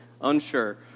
Unsure